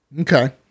Okay